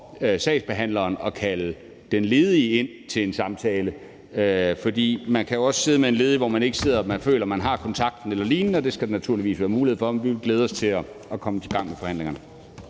sagsbehandleren at kalde den ledige ind til en samtale. For man kan jo også sidde med en ledig, hvor man ikke føler, at man har kontakten eller lignende, og det skal der naturligvis være mulighed for. Men vi vil glæde os til at komme i gang med forhandlingerne.